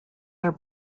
are